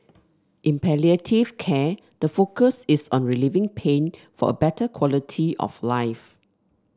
in palliative care the focus is on relieving pain for a better quality of life